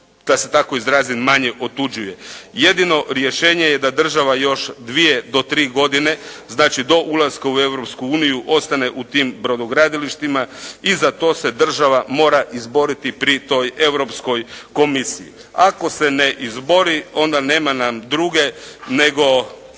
da se tako izrazim manje otuđuje. Jedino rješenje je da država još dvije do tri godine, znači do ulaska u Europsku uniju ostane u tim brodogradilištima i za to se država mora izboriti pri toj Europskoj komisiji. Ako se ne izbori, onda nema nam druge nego